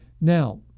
Now